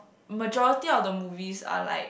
majority of the movies are like